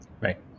right